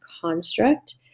construct